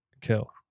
kill